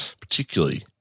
particularly